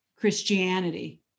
Christianity